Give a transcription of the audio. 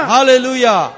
Hallelujah